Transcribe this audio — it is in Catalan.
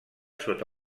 sota